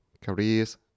careers